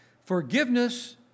Forgiveness